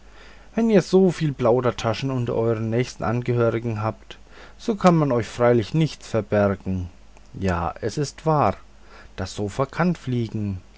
wenn ihr so viel plaudertaschen unter euren nächsten angehörigen habt so kann man euch freilich nichts verbergen ja es ist wahr das sofa kann fliegen